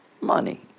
money